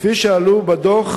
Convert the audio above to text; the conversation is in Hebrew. כפי שעלו בדוח